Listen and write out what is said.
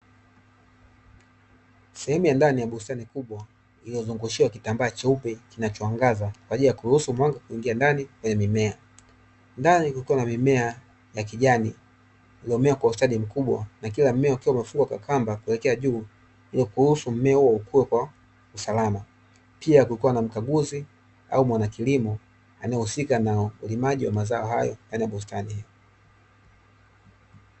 Sehemu ya ndani ya bustani kubwa iliyozunguushiwa kitambaa cheupe kinachoangaza kwa ajili ya kuruhusu mwanga kuingia ndani kwenye mimea, ndani kukiwa na mimea ya kijani iliyomea kwa ustadi mkubwa na kila mmea ukiwa umefungwa kwa kamba kuelekea juu ili kuruhusu mmea huo ukue kwa usalama, pia kukiwa na mkaguzi au mwanakilimo anaehusika na ulimaji wa mazao hayo ndnai ya bustani.